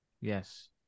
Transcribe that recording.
Yes